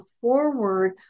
forward